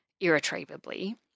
irretrievably